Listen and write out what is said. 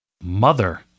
Mother